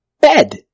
bed